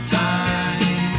time